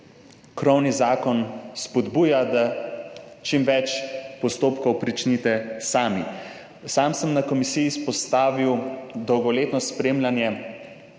krovni zakon spodbuja, da čim več postopkov pričnete sami. Na komisiji sem izpostavil dolgoletno spremljanje